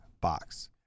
box